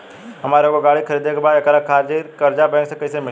हमरा एगो गाड़ी खरीदे के बा त एकरा खातिर कर्जा बैंक से कईसे मिली?